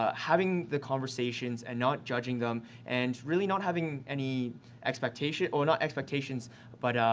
ah having the conversations and not judging them and really not having any expectation, or not expectations but,